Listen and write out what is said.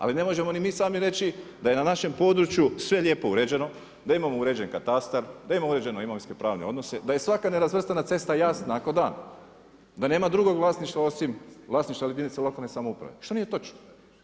Ali ne možemo ni mi sami reći da je na našem području sve lijepo uređeno, da imamo uređen katastar, da imamo uređene imovinsko-pravne odnose, da je svaka nerazvrstana cesta jasna ako da da nema drugog vlasništva osim vlasništva jedinice lokalne samouprave što nije točno.